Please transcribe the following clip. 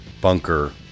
bunker